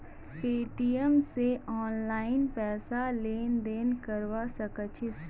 Paytm स online पैसार लेन देन करवा सक छिस